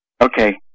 Okay